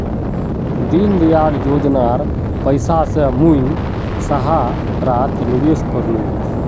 दीनदयाल योजनार पैसा स मुई सहारात निवेश कर नु